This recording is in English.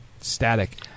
Static